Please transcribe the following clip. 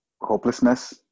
hopelessness